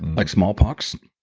like smallpox